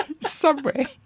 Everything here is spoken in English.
Subway